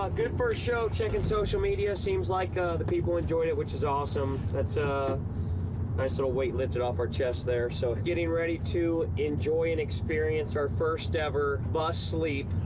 ah good first show. checking social media. seems like the people enjoyed it, which is awesome. that's a nice little weight lifted off our chests there, so getting ready to enjoy an experience our first ever bus sleep,